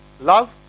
Love